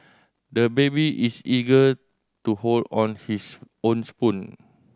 the baby is eager to hold on his own spoon